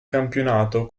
campionato